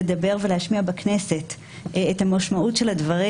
לדבר ולהשמיע בכנסת את המשמעות של הדברים,